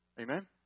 Amen